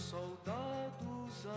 Soldados